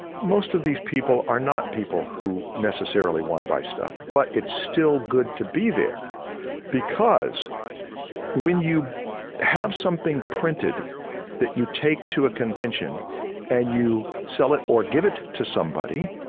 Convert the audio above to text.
most of these people are not people who necessarily want to buy stuff but it's still good to be there because when you have something printed that you take to a convention and you sell it or give it to somebody,